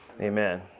Amen